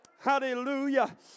Hallelujah